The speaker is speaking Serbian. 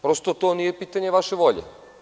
Prosto, to nije pitanje vaše volje.